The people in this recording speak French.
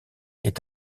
est